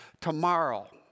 tomorrow